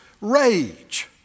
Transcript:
rage